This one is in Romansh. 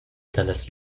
dallas